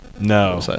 No